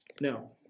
Now